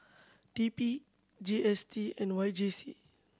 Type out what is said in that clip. T P G S T and Y J C